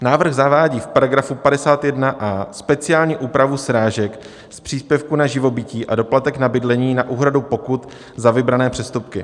Návrh zavádí v § 51a speciální úpravu srážek z příspěvku na živobytí a doplatek na bydlení na úhradu pokut za vybrané přestupky.